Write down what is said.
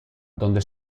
donde